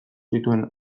zituen